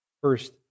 First